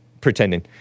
pretending